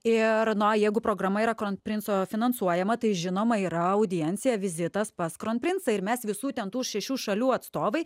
ir na jeigu programa yra kronprinco finansuojama tai žinoma yra audiencija vizitas pas kronprincą ir mes visų ten tų šešių šalių atstovai